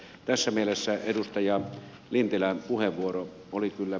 tässä mielessä edustaja lintilän puheenvuoro oli kyllä